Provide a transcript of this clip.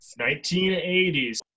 1980s